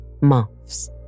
muffs